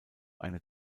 einer